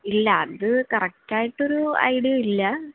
ഇല്ല അത് കറക്റ്റായിട്ട് ഒരു ഐഡിയ ഇല്ല